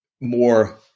more